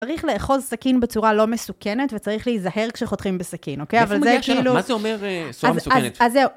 צריך לאחוז סכין בצורה לא מסוכנת, וצריך להיזהר כשחותכים בסכין, אוקיי? אבל זה כאילו... מה זה אומר צורה מסוכנת?